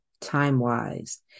time-wise